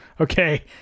Okay